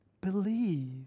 believe